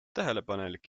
tähelepanelik